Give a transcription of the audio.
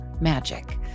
magic